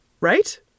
right